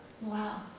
Wow